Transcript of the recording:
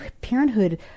Parenthood